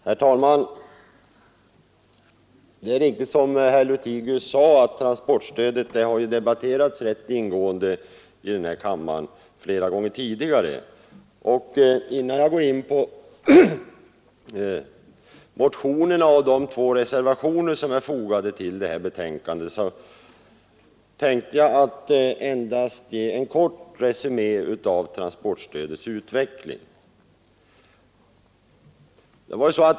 Herr talman! Det är riktigt som herr Lothigius sade att transportstödet har debatterats rätt ingående flera gånger tidigare i denna kammare. Innan jag går in på motionerna och de två reservationer som är fogade till betänkandet skall jag endast ge en kort resumé av transportstödets utveckling.